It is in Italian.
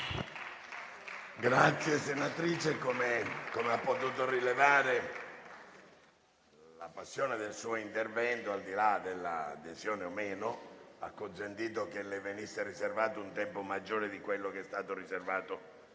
Senatrice Cirinnà, come ha potuto rilevare, la passione del suo intervento - al di là dell'adesione o meno - ha consentito che le venisse riservato un tempo maggiore di quello che è stato riservato